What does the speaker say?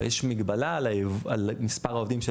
לא, יש מגבלה על מספר העובדים.